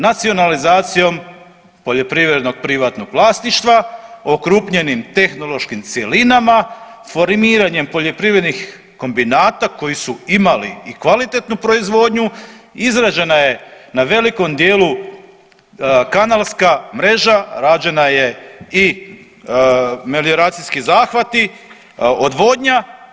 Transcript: Nacionalizacijom poljoprivrednog privatnog vlasništva okrupnjenim tehnološkim cjelinama, formiranjem poljoprivrednih kombinata koji su imali i kvalitetnu proizvodnju, izrađena je na velikom dijelu kanalska mreža, rađena je i melioracijski zahvati, odvodnja.